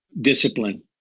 Discipline